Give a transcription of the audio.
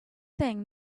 thing